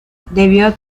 debió